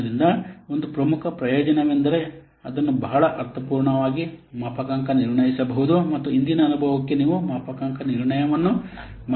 ಆದ್ದರಿಂದ ಒಂದು ಪ್ರಮುಖ ಪ್ರಯೋಜನವೆಂದರೆ ಅದನ್ನು ಬಹಳ ಅರ್ಥಪೂರ್ಣವಾಗಿ ಮಾಪನಾಂಕ ನಿರ್ಣಯಿಸಬಹುದು ಮತ್ತು ಹಿಂದಿನ ಅನುಭವಕ್ಕೆ ನೀವು ಮಾಪನಾಂಕ ನಿರ್ಣಯವನ್ನು ಮಾಡಬಹುದು